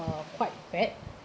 uh quite bad